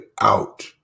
out